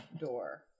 door